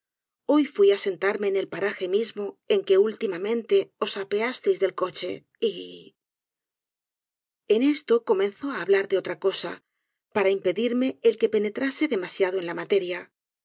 hoy fui á sentarme en el paraje mismo en que últimamenta os apeasteis del coche y en esto comenzó á hablar de otra cosa para impedirme el que penetrase demasiado en la materia